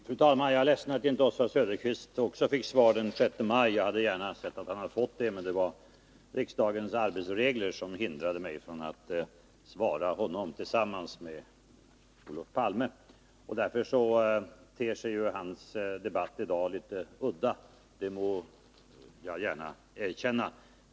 Fru talman! Jag är ledsen att inte också Oswald Söderqvist fick svar den 6 maj. Jag hade gärna sett att han fått det, men riksdagens arbetsregler hindrade mig från att svara honom tillsammans med Olof Palme. Därför ter sig debatten med honom i dag litet udda — det må jag gärna erkänna.